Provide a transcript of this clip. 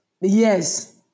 Yes